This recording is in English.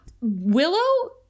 willow